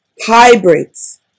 Hybrids